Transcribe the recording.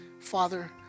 Father